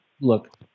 Look